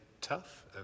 tough